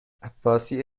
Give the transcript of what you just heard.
عباسی